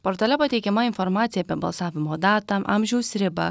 portale pateikiama informacija apie balsavimo datą amžiaus ribą